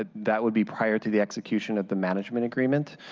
ah that would be prior to the execution of the management agreement.